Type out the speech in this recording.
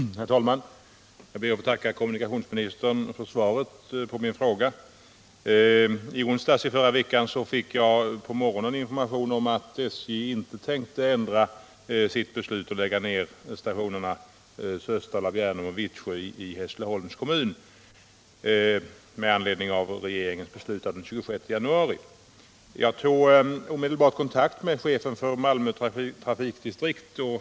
Herr talman! Jag ber att få tacka kommunikationsministern för svaret på min fråga. I onsdags morse förra veckan fick jag information om att SJ inte tänkte ändra sitt beslut alt lägga ned stationerna Sösdala, Bjärnum och Vittsjö i Hässleholms kommun med anledning av regeringens beslut den 26 januari. Jag tog omedelbart kontakt med chefen för Malmö trafikdistrikt.